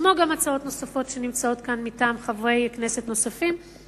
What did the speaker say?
כמו גם הצעות נוספות שנמצאות כאן מטעם חברי כנסת נוספים,